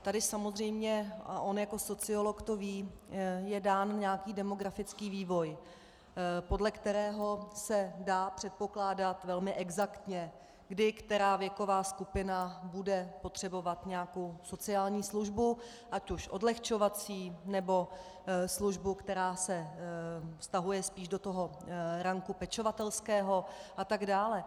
Tady samozřejmě, a on jako sociolog to ví, je dán nějaký demografický vývoj, podle kterého se dá předpokládat velmi exaktně, kdy která věková skupina bude potřebovat nějakou sociální službu, ať už odlehčovací, nebo službu, která se vztahuje spíš do toho ranku pečovatelského atd.